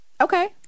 Okay